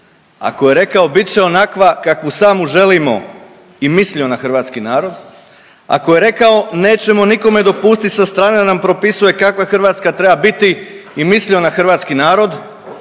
ako je rekao bit će onakva kakvu sami želimo i mislio na hrvatski narod, ako je rekao nećemo nikome dopustit sa strane da nam propisuje kakva Hrvatska treba biti i mislio na hrvatski narod